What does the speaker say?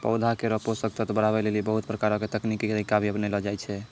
पौधा केरो पोषक तत्व बढ़ावै लेलि बहुत प्रकारो के तकनीकी तरीका भी अपनैलो जाय छै